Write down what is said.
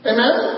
Amen